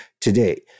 today